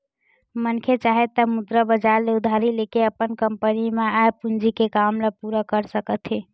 मनखे चाहे त मुद्रा बजार ले उधारी लेके अपन कंपनी म आय पूंजी के काम ल पूरा कर सकत हे